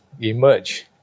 emerge